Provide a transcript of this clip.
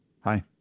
Hi